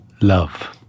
love